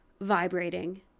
vibrating